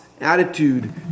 attitude